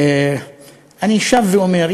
אני שב ואומר,